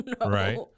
Right